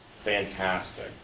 fantastic